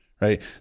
right